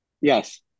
Yes